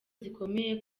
zikomeye